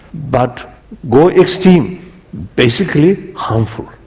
but go extreme basically harmful.